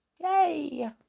yay